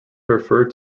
referred